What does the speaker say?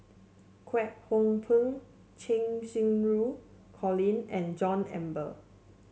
Kwek Hong Png Cheng Xinru Colin and John Eber